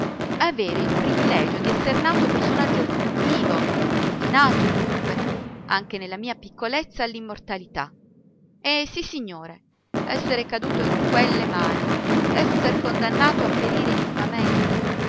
avere il privilegio di esser nato personaggio vivo ordinato dunque anche nella mia piccolezza all'immortalità e sissignore esser caduto in quelle mani esser condannato a perire